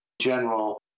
general